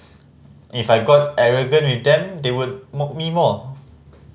if I got arrogant with them they would mock me more